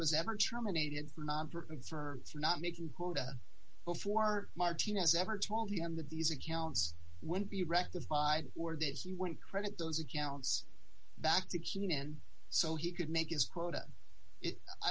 was ever terminated for not making quota before martinez ever told him that these accounts would be rectified or did he want credit those accounts back to keenan so he could make as quota i